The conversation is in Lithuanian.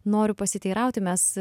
noriu pasiteirauti mes